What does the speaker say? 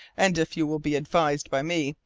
and if you will be advised by me,